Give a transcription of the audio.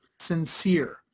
sincere